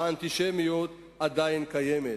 והאנטישמיות עדיין קיימת.